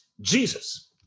Jesus